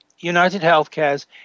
UnitedHealthcare's